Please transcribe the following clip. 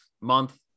month